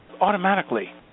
automatically